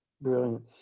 Brilliant